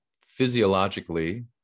Physiologically